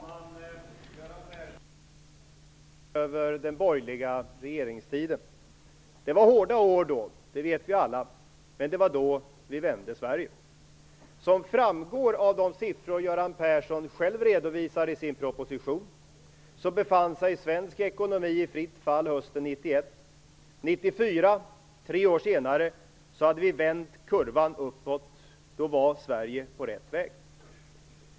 Fru talman! Göran Persson beskärmar sig över den borgerliga regeringstiden. Det var hårda år, det vet vi alla, men det var då det vände för Sverige. Som framgår av de siffror Göran Persson själv redovisar i sin proposition, befann sig svensk ekonomi i fritt fall hösten 1991. Tre år senare, 1994, hade vi vänt kurvan uppåt. Då var Sverige på rätt väg.